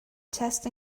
test